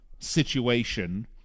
situation